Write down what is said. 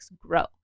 grow